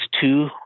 two